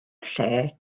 lle